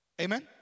Amen